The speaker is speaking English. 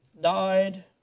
Died